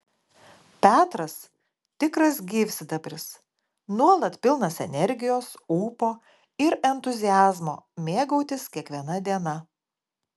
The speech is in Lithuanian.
petras tikras gyvsidabris nuolat pilnas energijos ūpo ir entuziazmo mėgautis kiekviena diena